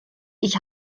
ich